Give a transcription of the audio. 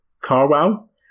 Carwell